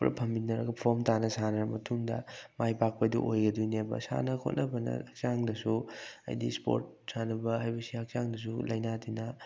ꯄꯨꯂꯞ ꯐꯃꯤꯟꯅꯔꯒ ꯐꯣꯝ ꯇꯥꯅ ꯁꯥꯟꯅꯔꯕ ꯃꯇꯨꯡꯗ ꯃꯥꯏ ꯄꯥꯛꯄꯗꯨ ꯑꯣꯏꯒꯗꯣꯏꯅꯦꯕ ꯁꯥꯟꯅꯕ ꯈꯣꯠꯅꯕꯅ ꯍꯛꯆꯥꯡꯗꯁꯨ ꯍꯥꯏꯗꯤ ꯏꯁꯄꯣꯔꯠ ꯁꯥꯟꯅꯕ ꯍꯥꯏꯕꯁꯤ ꯍꯛꯆꯥꯡꯗꯁꯨ ꯂꯥꯏꯅꯥ ꯇꯤꯟꯅꯥ